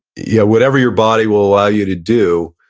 yeah, whatever your body will allow you to do,